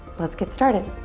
let's get started.